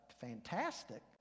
fantastic